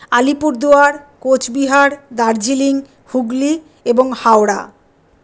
আলিপুরদুয়ার কোচবিহার দার্জিলিং হুগলি এবং হাওড়া